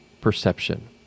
perception